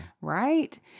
Right